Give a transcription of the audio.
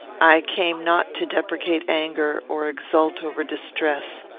i came not to deprecate anger, or exult over distress.